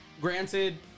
granted